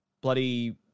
bloody